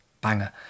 banger